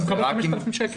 הקנס הוא 5,000 שקלים.